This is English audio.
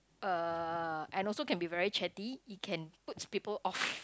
uh and also can be very chatty it can puts people off